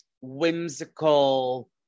whimsical